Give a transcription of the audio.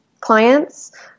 clients